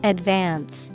Advance